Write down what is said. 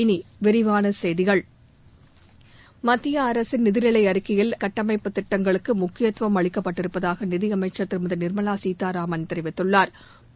இனி விரிவான செய்திகள் மத்திய அரசின் நிதிநிலை அறிக்கையில் கட்டமைப்புத் திட்டங்களுக்கு முக்கியத்துவம் அளிக்கப்பட்டிருப்பதாக நிதியமைச்ச் திருமதி நிா்மலா சீதாராமன் தெிவித்துள்ளாா்